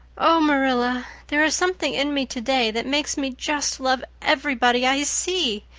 oh, marilla, there is something in me today that makes me just love everybody i see,